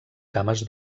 cames